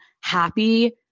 happy